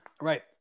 Right